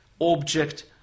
object